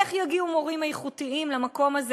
איך יגיעו מורים איכותיים למקום הזה